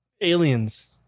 aliens